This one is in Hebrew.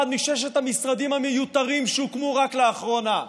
מששת המשרדים המיותרים שהוקמו רק לאחרונה.